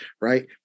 right